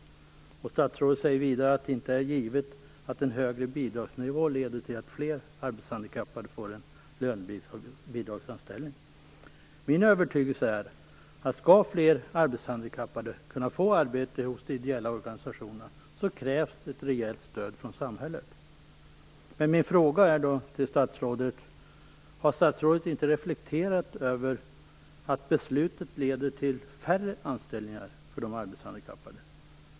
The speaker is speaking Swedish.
Vidare sade statsrådet att det inte är givet att en högre bidragsnivå leder till att fler arbetshandikappade får en lönebidragsanställning. Min övertygelse är att det krävs ett rejält stöd från samhället om fler arbetshandikappade skall kunna få arbete hos de ideella organisationerna.